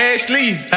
Ashley